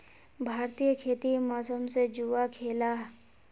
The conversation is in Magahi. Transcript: भारतीय खेती मौसम से जुआ खेलाह